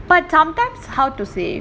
but sometimes how to say